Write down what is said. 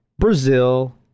Brazil